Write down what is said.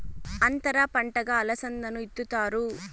అంతర పంటగా అలసందను ఇత్తుతారు